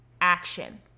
action